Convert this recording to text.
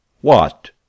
What